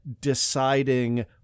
deciding